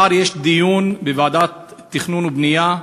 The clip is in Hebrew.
מחר יש דיון בוועדת התכנון והבנייה